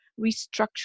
restructure